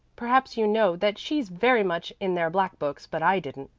perhaps you know that she's very much in their black books but i didn't.